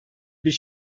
bir